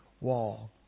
wall